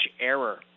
error